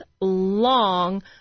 long